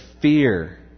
fear